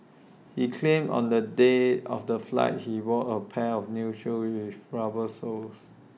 he claimed on the day of the flight he wore A pair of new shoes with rubber soles